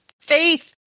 faith